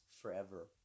forever